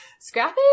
scrappy